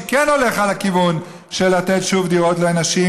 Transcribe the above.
שכן הולך לכיוון של לתת שוב דירות לאנשים,